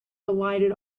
delighted